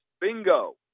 bingo